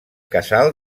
casal